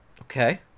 Okay